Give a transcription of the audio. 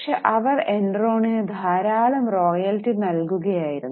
പക്ഷേ അവർ എൻറോണിന് ധാരാളം റോയൽറ്റി നൽകുകയായിരുന്നു